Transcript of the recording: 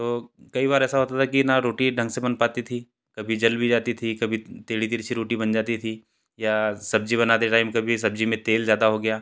तो कई बार ऐसा होता था कि न रोटी ढंग से बन पाती थी कभी जल भी जाती थी कभी टेढ़ी तिरछी रोटी बन जाती थी या सब्ज़ी बनाते टाइम कभी सब्ज़ी में तेल ज़्यादा हो गया